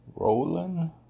Rolling